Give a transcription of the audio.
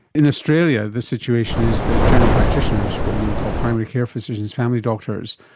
in australia the situation is that general practitioners, what you would call primary care physicians, family doctors,